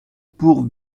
pour